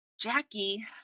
jackie